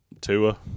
Tua